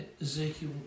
Ezekiel